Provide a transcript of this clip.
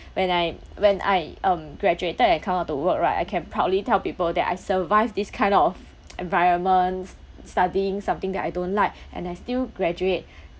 I when I um graduated and come out to work right I can proudly tell people that I survived this kind of environment s~ studying something that I don't like and I still graduate